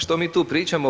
Što mi tu pričamo?